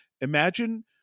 Imagine